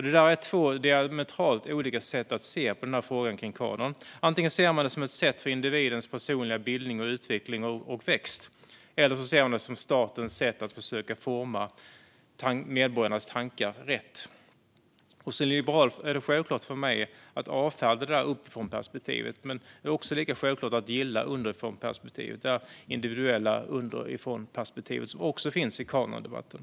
Det där är två diametralt olika sätt att se på frågan om kanon: Antingen ser man den som ett verktyg för individens personliga bildning, utveckling och växande, eller också ser man den som statens sätt att försöka forma medborgarnas tankar rätt. Som liberal är det självklart för mig att avfärda det där uppifrånperspektivet, men det är lika självklart att gilla underifrånperspektivet - det individuella underifrånperspektiv som också finns i kanondebatten.